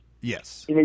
Yes